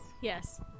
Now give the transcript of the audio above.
yes